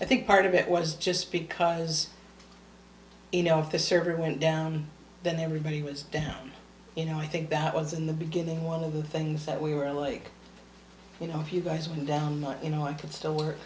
so i think part of it was just because you know if the server went down then everybody was down you know i think that was in the beginning one of the things that we were like you know if you guys are down you know it could still work